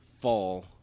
fall